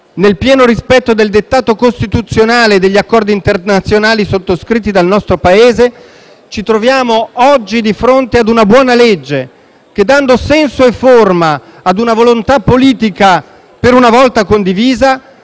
nel pieno rispetto del dettato costituzionale e degli accordi internazionali sottoscritti dal nostro Paese, ci troviamo oggi di fronte a una buona legge, che, dando senso e forma a una volontà politica per una volta condivisa,